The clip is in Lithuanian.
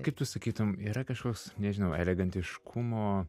kaip tu sakytum yra kažkas nežinomo elegantiškumo